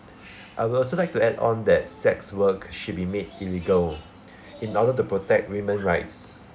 I will also like to add on that sex work should be made illegal in order to protect women rights